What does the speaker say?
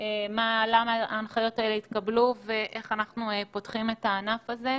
למה ההנחיות האלה התקבלו ואיך אנחנו פותחים את הענף הזה,